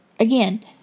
Again